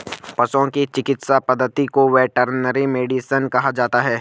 पशुओं की चिकित्सा पद्धति को वेटरनरी मेडिसिन कहा जाता है